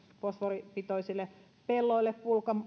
fosforipitoisille pelloille